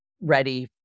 ready